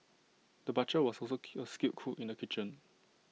the butcher was also A skilled cook in the kitchen